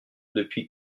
depuis